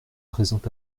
présent